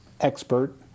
expert